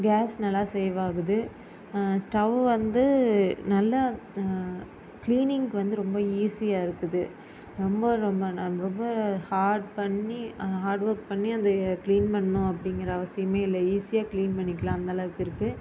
case நல்லா save ஆகுது stove வந்து நல்ல கிளீனிங்க்கு வந்து ரொம்ப ஈசியாக இருக்குது ரொம்ப ரொம்ப நான் ரொம்ப ஹாட் பண்ணி ஹாட் ஒர்க் பண்ணி அதை கிளீன் பண்ணும் அப்படிங்குற அவசியமே இல்லை ஈசியாக கிளீன் பண்ணிக்கலாம் அந்தளவுக்கு இருக்குது